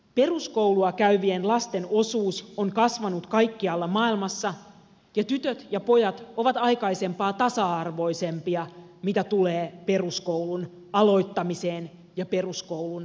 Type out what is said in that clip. peruskoulua käyvien lasten osuus on kasvanut kaikkialla maailmassa ja tytöt ja pojat ovat aikaisempaa tasa arvoisempia mitä tulee peruskoulun aloittamiseen ja peruskoulun käymiseen